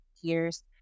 years